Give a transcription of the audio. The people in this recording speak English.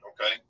Okay